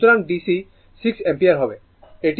সুতরাং DC 6 ampere হবে